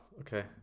okay